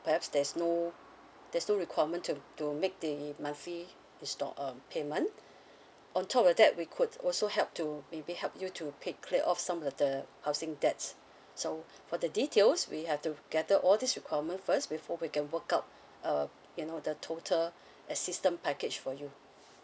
perhaps there's no there's no requirement to to make the monthly install um payment on top of that we could also help to maybe help you to pay clear off some of the housing debts so for the details we have to gather all this requirement first before we can work out err you know the total assistant package for you